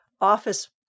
office